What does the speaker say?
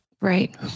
Right